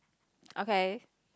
okay